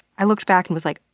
i looked back and was like,